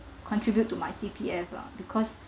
contribute to my C_P_F lah because